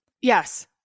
Yes